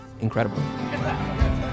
incredible